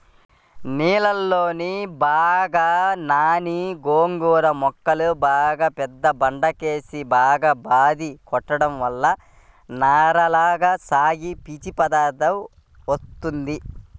నీళ్ళలో బాగా నానిన గోంగూర మొక్కల్ని ఒక పెద్ద బండకేసి బాగా బాది కొట్టడం వల్ల నారలగా సాగి పీచు పదార్దం వత్తది